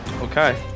Okay